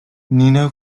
nino